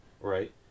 Right